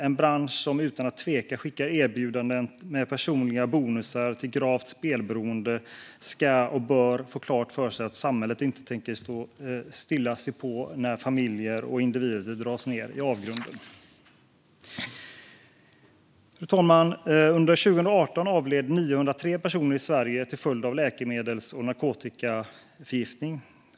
En bransch som utan att tveka skickar erbjudanden med personliga bonusar till gravt spelberoende ska och bör få klart för sig att samhället inte tänker stilla se på när familjer och individer dras ned i avgrunden. Fru talman! Under 2018 avled 903 personer i Sverige till följd av läkemedels och narkotikaförgiftning.